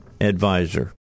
Advisor